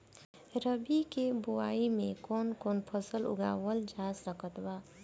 रबी के बोआई मे कौन कौन फसल उगावल जा सकत बा?